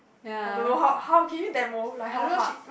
I don't know how how can you demo like how hard